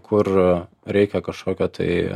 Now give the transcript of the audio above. kur reikia kažkokio tai